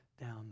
down